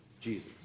Jesus